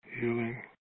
healing